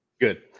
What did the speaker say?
Good